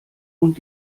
und